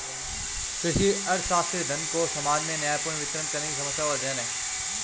कृषि अर्थशास्त्र, धन को समाज में न्यायपूर्ण वितरण करने की समस्याओं का अध्ययन है